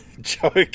joke